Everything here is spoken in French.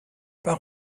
pas